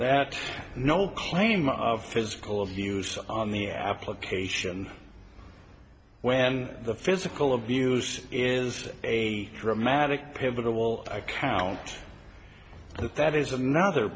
that no claim of physical abuse on the application when the physical abuse is a dramatic pivotal account that is another